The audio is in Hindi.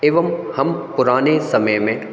एवं हम पुराने समय में